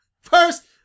First